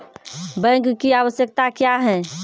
Bank की आवश्यकता क्या हैं?